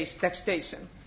taxation